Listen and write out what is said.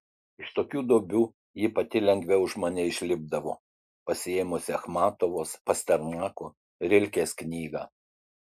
iš tokių duobių ji pati lengviau už mane išlipdavo pasiėmusi achmatovos pasternako rilkės knygą